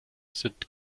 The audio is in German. sind